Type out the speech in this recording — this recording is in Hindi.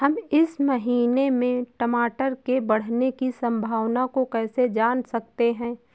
हम इस महीने में टमाटर के बढ़ने की संभावना को कैसे जान सकते हैं?